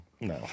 No